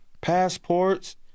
passports